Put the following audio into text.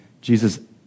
Jesus